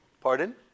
Pardon